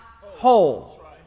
whole